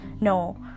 no